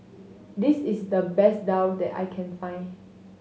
this is the best daal that I can find